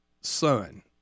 son